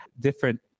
different